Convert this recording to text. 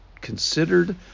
considered